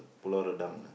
Pulau Redang